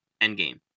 Endgame